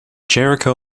jericho